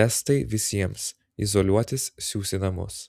testai visiems izoliuotis siųs į namus